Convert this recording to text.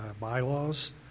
bylaws